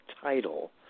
title